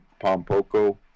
Pompoco